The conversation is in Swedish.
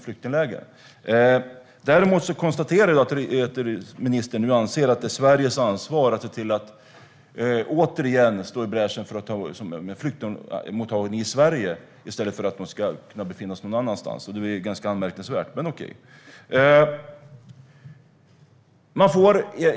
Jag konstaterar att ministern anser att det är Sveriges ansvar att återigen gå i bräschen för flyktingmottagning i Sverige i stället för att flyktingarna ska kunna befinna sig någon annanstans, vilket är ganska anmärkningsvärt.